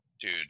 Dude